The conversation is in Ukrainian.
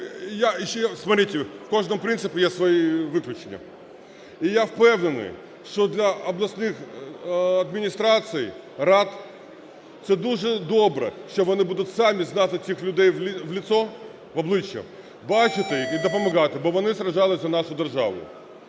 в кожному принципі є свої виключення. І я впевнений, що для обласних адміністрацій, рад це дуже добре, що вони самі будуть знати цих людей в обличчя, бачити і допомагати, бо вони сражались за нашу державу.